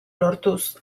lortuz